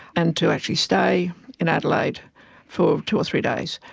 and to actually stay in adelaide for two or three days,